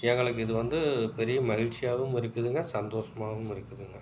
எங்களுக்கு இது வந்து பெரிய மகிழ்ச்சியாவும் இருக்குதுங்க சந்தோஷமாவும் இருக்குதுங்க